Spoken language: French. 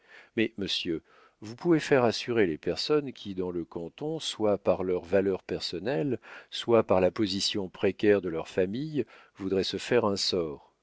mais monsieur vous pouvez faire assurer les personnes qui dans le canton soit par leur valeur personnelle soit par la position précaire de leurs familles voudraient se faire un sort